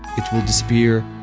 it will disappear.